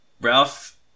Ralph